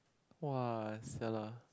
!wah! sia lah